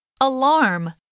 Alarm